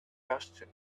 question